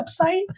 website